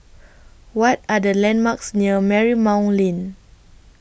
What Are The landmarks near Marymount Lane